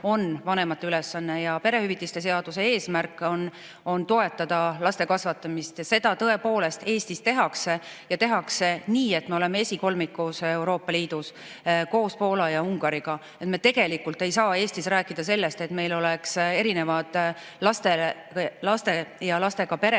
Perehüvitiste seaduse eesmärk on toetada laste kasvatamist ja seda tõepoolest Eestis tehakse, ja tehakse nii, et me oleme esikolmikus Euroopa Liidus koos Poola ja Ungariga. Me tegelikult ei saa Eestis rääkida sellest, et meil oleks erinevad laste ja lastega perede